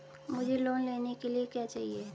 मुझे लोन लेने के लिए क्या चाहिए?